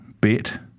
bet